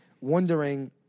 wondering